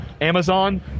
Amazon